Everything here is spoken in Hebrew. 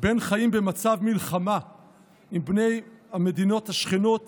בין חיים במצב מלחמה עם בני המדינות השכנות